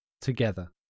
together